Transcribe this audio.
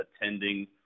attending